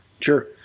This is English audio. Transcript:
sure